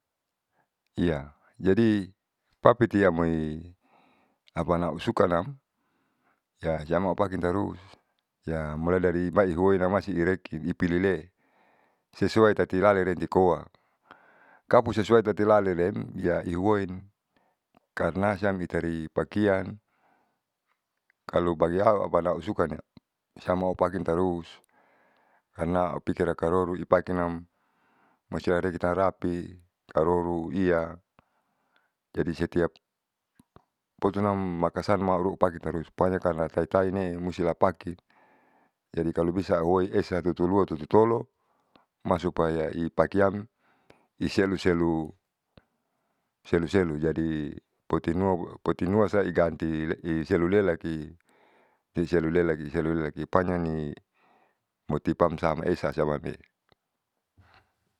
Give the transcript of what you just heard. Iya jadi papiti yamoi apana usukunam ya siam aupakin tarus siamulai dari bayi ihounamasireke ipilie sesuai tati lalintekoa kapusesuai tatilalinre iya ihuoin karna siam itari pakian kalu bagihal auanusukani samua pakin tarus. Karna au pikir ikaroro ipakinam musti itarerapi karoko iya. Jadi setiap potunam makasarmaru'upaki tarus pokonya karna taetaene'e musti lapake. Jadi kalu bisa auhoi esa tutu lua tutu tolo marsuapaya i pakian i seluselu, seluselu jadi potinua potinuasai gantile iselulelaki iselulelaki iselulelai ipunyani multipamasama esa siamae.